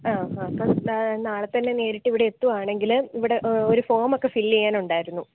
ആ ഹാ നാളെ തന്നെ നേരിട്ട് ഇവിടെ എത്തുകയാണെങ്കിൽ ഇവിടെ ഒരു ഫോമൊക്കെ ഫിൽ ചെയ്യാനുണ്ടായിരുന്നു